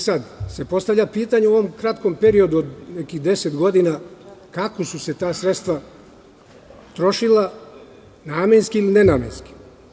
Sada se postavlja pitanja u ovom kratkom periodu od nekih 10 godina, kako su se ta sredstva trošila namenski ili nenamenski?